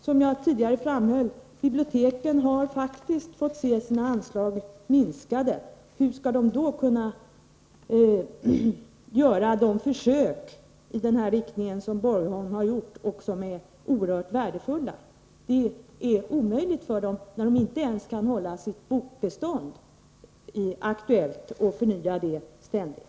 Som jag tidigare framhöll har biblioteken faktiskt fått se sina anslag minskade. Hur skall de då kunna göra sådana försök som man har gjort i Borgholm och som är oerhört värdefulla? Det är omöjligt för dem när de inte ens ständigt kan förnya sitt bokbestånd och hålla det aktuellt.